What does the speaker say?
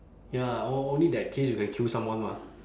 ya o~ only that case you can kill someone mah